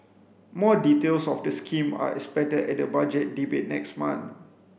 more details of the scheme are expected at the Budget Debate next month